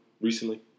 recently